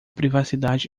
privacidade